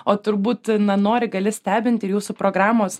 o turbūt na nori gali stebinti ir jūsų programos